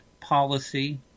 policy